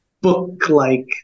book-like